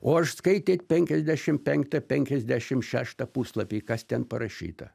o aš skaitėt penkiasdešim penktą penkiasdešim šeštą puslapį kas ten parašyta